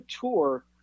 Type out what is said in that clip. tour